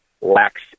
lacks